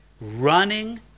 running